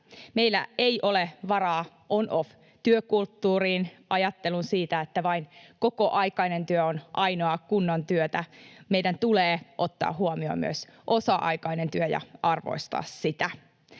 Meillä ei ole varaa on— off-työkulttuuriin, ajatteluun siitä, että vain kokoaikainen työ on ainoaa kunnon työtä. Meidän tulee ottaa huomioon myös osa-aikainen työ ja arvostaa sitä.